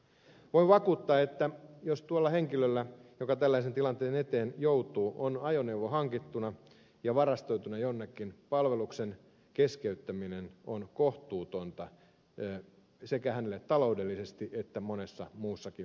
voin vakuuttaa että jos tuolla henkilöllä joka tällaisen tilanteen eteen joutuu on ajoneuvo hankittuna ja varastoituna jonnekin niin palveluksen keskeyttäminen on hänelle kohtuutonta sekä taloudellisesti että monessa muussakin mielessä